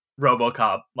Robocop